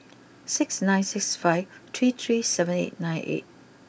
six nine six five three three seven eight nine eight